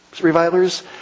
revilers